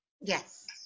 Yes